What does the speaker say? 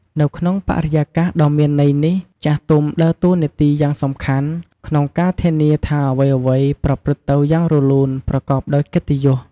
នៅក្នុងបរិយាកាសដ៏មានន័យនេះ ចាស់ទុំដើរតួនាទីយ៉ាងសំខាន់ ក្នុងការធានាថាអ្វីៗប្រព្រឹត្តទៅយ៉ាងរលូន ប្រកបដោយកិត្តិយស។